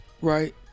Right